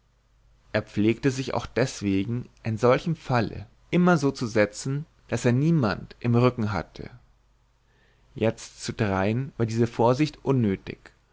er pflegte sich auch deswegen in solchem falle immer so zu setzen daß er niemand im rücken hatte jetzt zu dreien war diese vorsicht unnötig